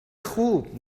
خوب